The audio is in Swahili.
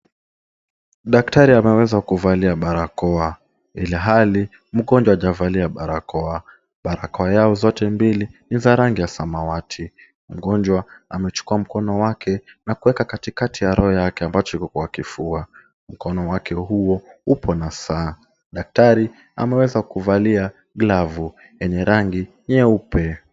Daktari ameweza kuvalia barakoa ilhali mgonjwa hajavalia barakoa. Barakoa yao zote mbili ni za rangi ya samawati. Mgonjwa amechukuwa mkono wake na kuweka katikati ya roho yake ambacho iko kwa kifua. Mkono wake huo upo na saa. Daktari ameweza kuvalia glavu yenye rangi nyeupe.